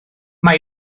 mae